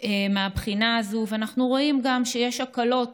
מהבחינה הזאת, ואנחנו רואים גם שיש הקלות